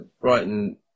Brighton